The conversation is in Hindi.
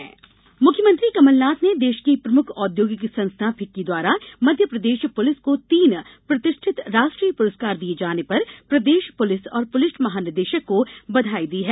सीएम बधाई मुख्यमंत्री कमलनाथ ने देश की प्रमुख औद्योगिक संस्था फिक्की द्वारा मध्यप्रदेश पुलिस को तीन प्रतिष्ठित राष्ट्रीय पुरस्कार दिये जाने पर प्रदेश पुलिस और पुलिस महानिदेशक को बधाई दी है